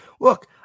Look